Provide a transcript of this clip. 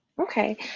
Okay